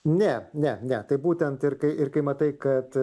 ne ne ne taip būtent ir kai ir kai matai kad